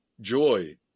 joy